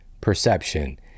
perception